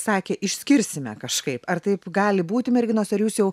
sakė išskirsime kažkaip ar taip gali būti merginos ar jūs jau